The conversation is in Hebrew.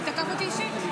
הוא תקף אותי אישית.